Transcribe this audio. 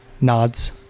nods